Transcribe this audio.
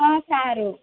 હાં સારું